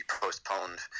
postponed